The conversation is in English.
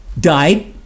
died